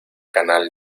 canal